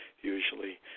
usually